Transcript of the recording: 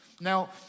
Now